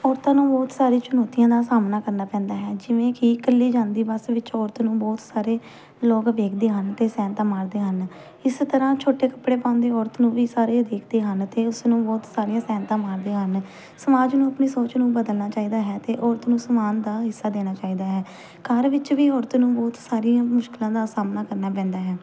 ਔਰਤਾਂ ਨੂੰ ਬਹੁਤ ਸਾਰੀ ਚੁਣੌਤੀਆਂ ਦਾ ਸਾਹਮਣਾ ਕਰਨਾ ਪੈਂਦਾ ਹੈ ਜਿਵੇਂ ਕਿ ਇਕੱਲੀ ਜਾਂਦੀ ਬੱਸ ਵਿੱਚ ਔਰਤ ਨੂੰ ਬਹੁਤ ਸਾਰੇ ਲੋਕ ਵੇਖਦੇ ਹਨ ਅਤੇ ਸੈਨਤਾਂ ਮਾਰਦੇ ਹਨ ਇਸੇ ਤਰ੍ਹਾਂ ਛੋਟੇ ਕੱਪੜੇ ਪਾਉਂਦੀ ਔਰਤ ਨੂੰ ਵੀ ਸਾਰੇ ਦੇਖਦੇ ਹਨ ਅਤੇ ਉਸ ਨੂੰ ਬਹੁਤ ਸਾਰੀਆਂ ਸੈਨਤਾਂ ਮਾਰਦੇ ਹਨ ਸਮਾਜ ਨੂੰ ਆਪਣੀ ਸੋਚ ਨੂੰ ਬਦਲਣਾ ਚਾਹੀਦਾ ਹੈ ਅਤੇ ਔਰਤ ਨੂੰ ਸਨਮਾਨ ਦਾ ਹਿੱਸਾ ਦੇਣਾ ਚਾਹੀਦਾ ਹੈ ਘਰ ਵਿੱਚ ਵੀ ਔਰਤ ਨੂੰ ਬਹੁਤ ਸਾਰੀਆਂ ਮੁਸ਼ਕਿਲਾਂ ਦਾ ਸਾਹਮਣਾ ਕਰਨਾ ਪੈਂਦਾ ਹੈ